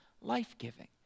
life-giving